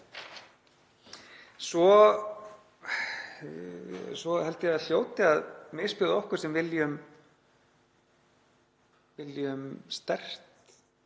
Svo held ég að það hljóti að misbjóða okkur sem viljum sterkt